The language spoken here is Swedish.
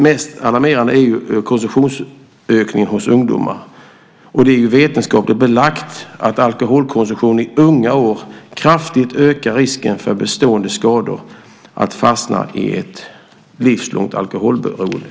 Mest alarmerande är konsumtionsökningen hos ungdomar. Det är vetenskapligt belagt att alkoholkonsumtion i unga år kraftigt ökar risken för bestående skador, för att fastna i ett livslångt alkoholberoende.